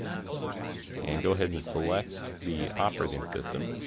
and go ahead and select the operating system.